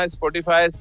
Spotify